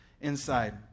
inside